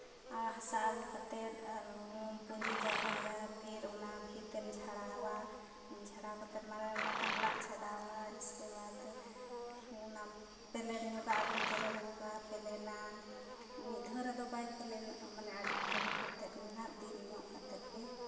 ᱟᱨ ᱦᱟᱥᱟ ᱟᱹᱜᱩ ᱠᱟᱛᱮᱫ ᱟᱨᱦᱚᱸᱢ ᱯᱩᱸᱡᱤ ᱡᱟᱣᱨᱟᱭᱟ ᱯᱷᱤᱨ ᱚᱱᱟ ᱵᱷᱤᱛᱮᱢ ᱡᱷᱟᱲᱟᱣᱟ ᱡᱷᱟᱲᱟᱣ ᱠᱟᱛᱮᱫ ᱢᱟᱱᱮ ᱚᱱᱟ ᱠᱷᱟᱱ ᱞᱟᱜ ᱪᱷᱟᱰᱟᱣᱟ ᱤᱥᱠᱮᱵᱟᱫ ᱚᱱᱟᱢ ᱯᱞᱮᱱ ᱧᱚᱸᱜᱟ ᱟᱨᱦᱚᱢ ᱡᱮᱨᱮᱲ ᱧᱚᱜᱟ ᱯᱞᱮᱱᱟᱢ ᱢᱤᱫ ᱫᱷᱟᱹᱣ ᱨᱮᱫᱚ ᱵᱟᱭ ᱯᱞᱮᱱᱚᱜᱼᱟ ᱢᱟᱱᱮ ᱟᱹᱰᱤ ᱜᱷᱟᱹᱲᱤᱡᱽ ᱠᱟᱛᱮᱫ ᱜᱮ ᱱᱟᱜ ᱫᱤᱱ ᱧᱚᱜ ᱠᱟᱛᱮᱫ ᱜᱮ